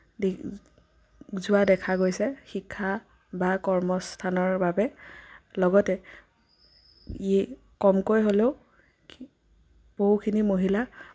যোৱা দেখা গৈছে শিক্ষা বা কৰ্মস্থানৰ বাবে লগতে ই কমকৈ হ'লেও বহুখিনি মহিলাক